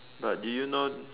but do you know